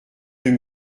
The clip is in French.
deux